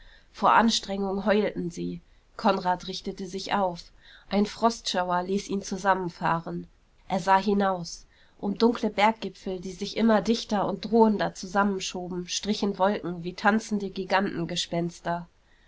vor anstrengung heulten sie konrad richtete sich auf ein frostschauer ließ ihn zusammenfahren er sah hinaus um dunkle berggipfel die sich immer dichter und drohender zusammenschoben strichen wolken wie tanzende